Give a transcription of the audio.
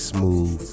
Smooth